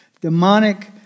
demonic